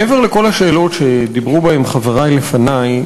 מעבר לכל השאלות שדיברו בהן חברי לפני,